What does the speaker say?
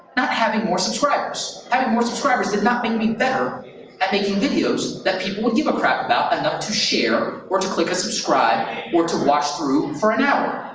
not having more subscribers. having more subscribers did not make me better at making videos that people give a crap about enough to share or to click a subscribe or to watch through for an hour.